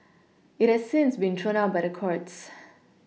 it has since been thrown out by the courts